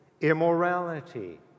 immorality